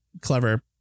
clever